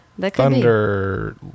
thunder